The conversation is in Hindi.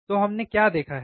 तो हमने क्या देखा है